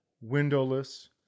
windowless